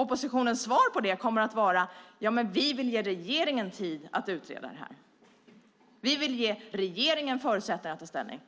Oppositionens svar på det kommer att vara: Ja, men vi vill ge regeringen tid att utreda det här. Vi vill ge regeringen förutsättningar att ta ställning.